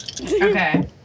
Okay